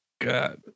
God